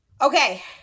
Okay